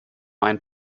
einen